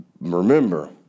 remember